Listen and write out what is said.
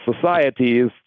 societies